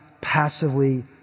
passively